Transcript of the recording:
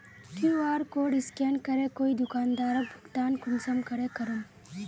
QR code scan करे कोई दुकानदारोक भुगतान कुंसम करे करूम?